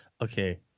okay